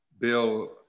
Bill